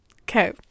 okay